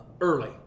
early